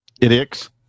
Idiots